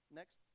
next